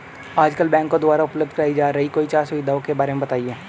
आजकल बैंकों द्वारा उपलब्ध कराई जा रही कोई चार सुविधाओं के बारे में बताइए?